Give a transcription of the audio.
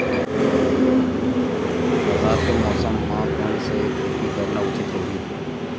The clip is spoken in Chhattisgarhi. बरसात के मौसम म कोन से खेती करना उचित होही?